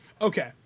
Okay